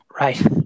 right